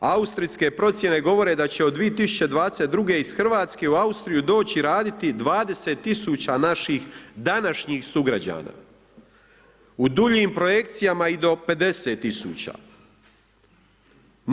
Austrijske procjene govore da će od 2022. iz Hrvatske u Austriju doći raditi 20.000 naših današnjih sugrađana u duljim projekcijama i do 50.000.